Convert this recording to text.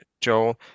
Joel